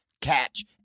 Catch